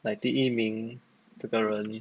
like 第一名这个人